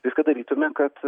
viską darytume kad